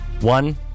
One